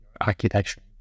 architecture